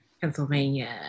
Pennsylvania